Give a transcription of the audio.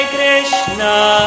Krishna